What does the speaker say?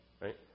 right